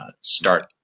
start